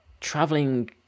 traveling